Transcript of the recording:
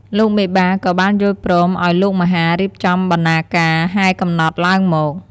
លោកមេបា ក៏បានយល់ព្រមឲ្យលោកមហារៀបចំបណ្ណាការហែកំណត់ ឡើងមក។